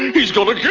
he's gonna